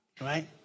Right